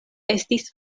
estis